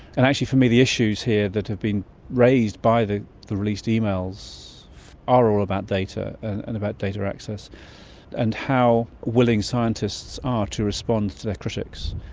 and actually for me the issues here that have been raised by the the released emails are all about data and about data access and how willing scientists are to respond to their critics,